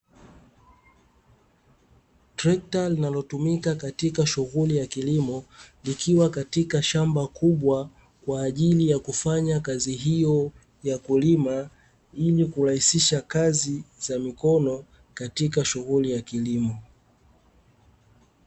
Trekta linalotumika katika shughuli ya kilimo likiwa katika shamba kubwa kwa ajili ya kufanya kazi hiyo ya kulima, ili kurahisiha kazi za mikono katika shuguli ya kilimo.